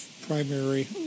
primary